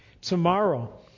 tomorrow